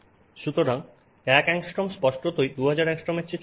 সুতরাং 1 অ্যাংস্ট্রোম স্পষ্টতই 2000 অ্যাংস্ট্রোমের চেয়ে ছোট